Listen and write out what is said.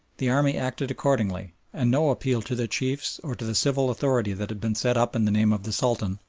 the army acted accordingly, and no appeal to their chiefs or to the civil authority that had been set up in the name of the sultan,